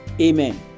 Amen